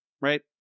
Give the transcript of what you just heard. right